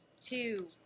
two